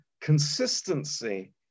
consistency